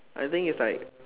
I think is like